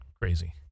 crazy